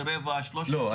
לא,